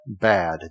bad